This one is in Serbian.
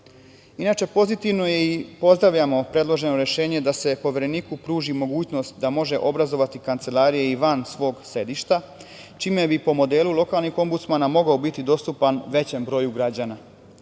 meri. Inače, pozitivno je i pozdravljamo predloženo rešenje da se Povereniku pruži mogućnost da može obrazovati kancelarije i van svog sedišta, čime bi po modelu lokalnih ombudsmana mogao biti dostupan većem broju građana.